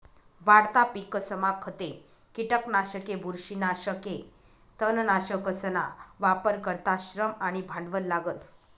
वाढता पिकसमा खते, किटकनाशके, बुरशीनाशके, तणनाशकसना वापर करता श्रम आणि भांडवल लागस